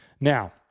Now